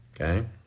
Okay